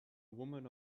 woman